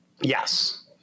Yes